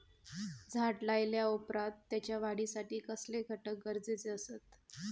झाड लायल्या ओप्रात त्याच्या वाढीसाठी कसले घटक गरजेचे असत?